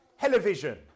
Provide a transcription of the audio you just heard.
television